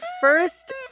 first